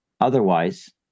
Otherwise